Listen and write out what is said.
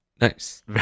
Nice